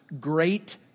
great